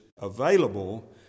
available